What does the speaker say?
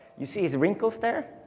you see his wrinkles there?